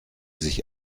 sich